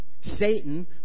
Satan